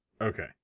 Okay